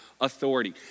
authority